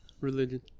Religion